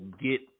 get